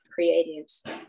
creatives